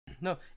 No